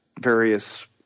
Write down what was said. various